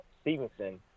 Stevenson